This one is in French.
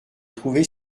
trouvé